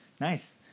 nice